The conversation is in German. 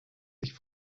sich